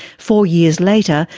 four years later,